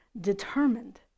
determined